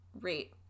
rate